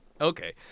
Okay